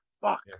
Fuck